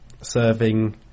serving